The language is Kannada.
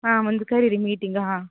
ಹಾಂ ಒಂದು ಕರೀರಿ ಮೀಟಿಂಗ್ ಹಾಂ